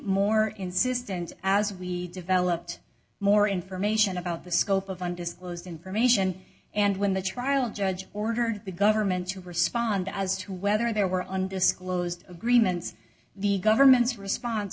more insistent as we developed more information about the scope of undisclosed information and when the trial judge ordered the government to respond as to whether there were undisclosed agreements the government's response